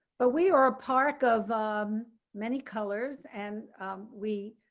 but we are a park of many colors and we,